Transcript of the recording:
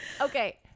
Okay